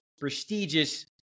prestigious